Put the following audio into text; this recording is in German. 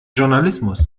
journalismus